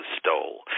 stole